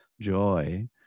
joy